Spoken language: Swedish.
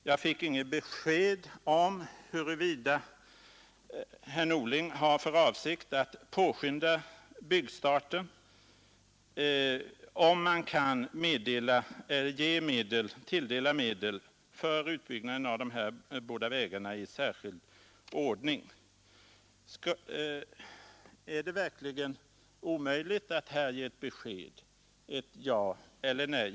Jag fick inget besked om huruvida herr Norling har för avsikt att påskynda byggstarten, om man kan tilldela medel för utbyggnaden av de här båda vägarna i särskild ordning. Är det verkligen omöjligt att här ge ett besked, ett ja eller ett nej?